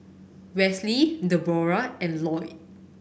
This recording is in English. Wesley Deborah and Loyd